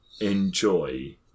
enjoy